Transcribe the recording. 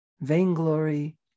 vainglory